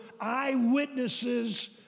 eyewitnesses